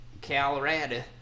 Colorado